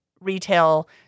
retail